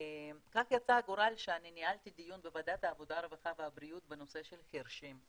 יצא הגורל שניהלתי דיון בוועדת העבודה הרווחה והבריאות בנושא של חירשים.